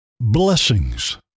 blessings